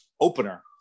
opener